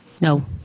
No